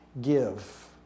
give